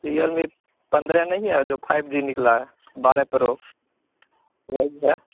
Realme पंद्रेह नहीं है जो फाइब जी निकला है बारह प्रो वही है